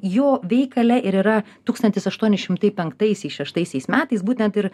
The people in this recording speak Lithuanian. jo veikale ir yra tūkstantis aštuoni šimtai penktaisiais šeštaisiais metais būtent ir